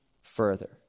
further